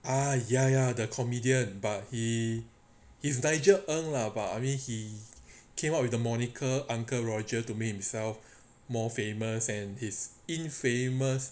ah ya ya the comedian but he he nigel eng lah but I mean he came up with the monacle uncle roger to make himself more famous and his infamous